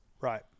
right